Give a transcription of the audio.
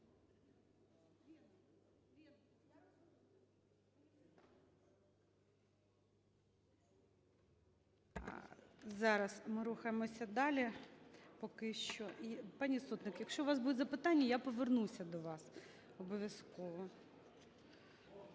Зараз, ми рухаємося далі поки що. Пані Сотник, якщо у вас будуть запитання, я повернуся до вас обов'язково.